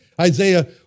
Isaiah